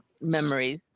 memories